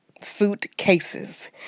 suitcases